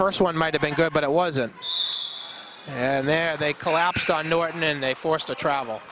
first one might have been good but it wasn't and there they collapsed on norton and they forced to travel